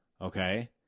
Okay